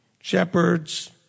shepherds